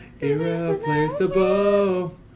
Irreplaceable